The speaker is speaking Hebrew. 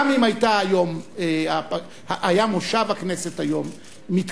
גם אם היה מושב הכנסת היום מתקיים,